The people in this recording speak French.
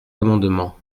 amendement